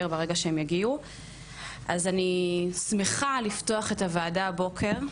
ברגע שהם יגיעו אז אני שמחה לפתוח את הוועדה הבוקר,